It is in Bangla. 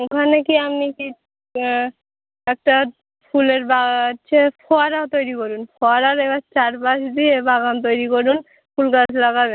ওখানে কি আমনি কি একটা ফুলের বা চে ফোয়ারা তৈরি করুন ফোয়ারার এবার চারপাশ দিয়ে বাগান তৈরি করুন ফুল গাছ লাগাবেন